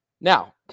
Now